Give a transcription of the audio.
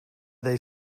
they